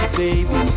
baby